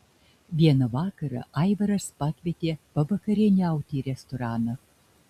vieną vakarą aivaras pakvietė pavakarieniauti į restoraną